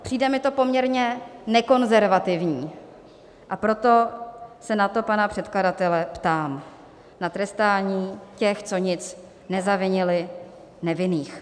Přijde mi to poměrně nekonzervativní, proto se na to pana předkladatele ptám na trestání těch, co nic nezavinili, nevinných.